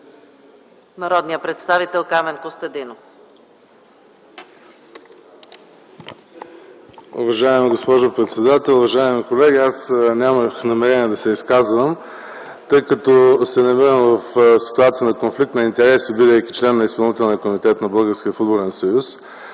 Народният представител Камен Костадинов.